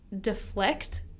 deflect